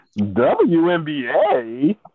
WNBA